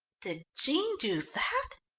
did jean do that?